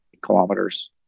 kilometers